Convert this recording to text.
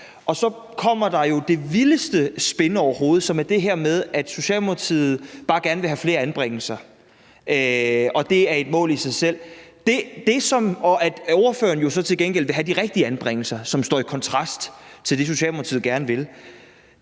Og så kommer der jo det vildeste spin overhovedet, som er det her med, at Socialdemokratiet bare gerne vil have flere anbringelser, og at det er et mål i sig selv, og at ordføreren jo så til gengæld vil have de rigtige anbringelser, som står i kontrast til det, Socialdemokratiet gerne vil.